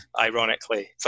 ironically